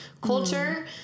culture